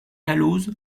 dalloz